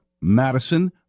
Madison